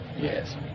Yes